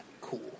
cool